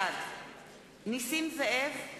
בעד נסים זאב,